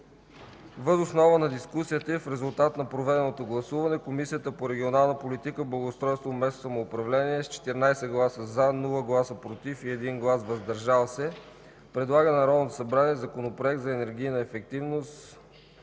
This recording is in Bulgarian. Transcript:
Въз основа на дискусията и в резултат на проведеното гласуване, Комисията по регионална политика, благоустройство и местно самоуправление с 14 гласа „за”, без „против” и 1 глас “въздържал се”, предлага на Народното събрание Законопроект за енергийната ефективност